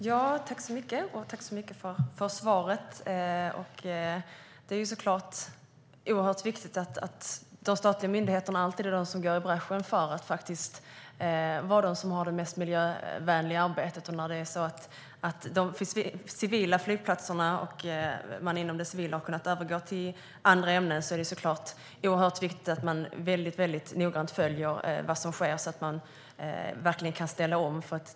Fru talman! Jag tackar så mycket för svaret. Det är oerhört viktigt att de statliga myndigheterna alltid är de som går i bräschen och faktiskt är de som arbetar mest miljövänligt. När det är så att man på de civila flygplatserna och inom det civila har kunnat övergå till andra ämnen är det såklart oerhört viktigt att myndigheterna väldigt noggrant följer vad som sker så att de verkligen kan ställa om.